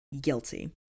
Guilty